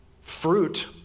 fruit